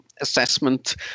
assessment